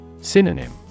Synonym